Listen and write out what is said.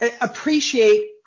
appreciate